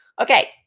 Okay